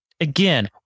Again